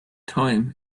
time